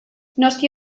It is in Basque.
noski